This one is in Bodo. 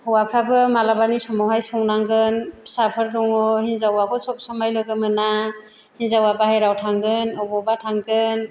हौवाफोराबो मालाबानि समावहाय संनांगोन फिसाफोर दंङ हिनजावाबो सबसमाय लोगो मोना हिनजावा बायह्रायाव थांगोन अबावबा थांगोन